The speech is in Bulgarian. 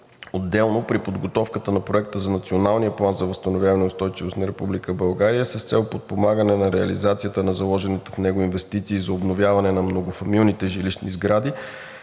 отделно при подготовката на Проекта за националния план за възстановяване и устойчивост на Република България с цел подпомагане на реализацията на заложените в него инвестиции за обновяване на многофамилните жилищни сгради